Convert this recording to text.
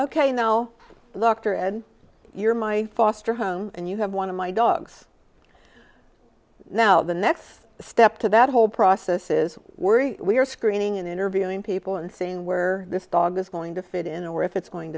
ok now look her and you're my foster home and you have one of my dogs now the next step to that whole process is we're we're screening and interviewing people and seeing where this dog is going to fit in or if it's going